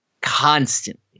constantly